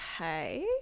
Okay